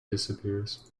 disappears